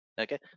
okay